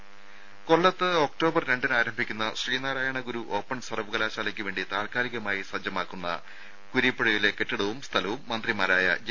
രുമ കൊല്ലത്ത് ഒക്ടോബർ രണ്ടിന് ആരംഭിക്കുന്ന ശ്രീനാരായണ ഗുരു ഓപ്പൺ സർവ്വകലാശാലക്ക് വേണ്ടി താൽക്കാലികമായി സജ്ജമാക്കുന്ന കുരീപ്പുഴയിലെ കെട്ടിടവും സ്ഥലവും മന്ത്രിമാരായ ജെ